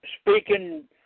speaking